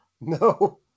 No